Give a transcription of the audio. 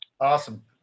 Awesome